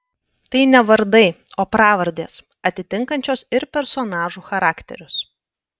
tai ne vardai o pravardės atitinkančios ir personažų charakterius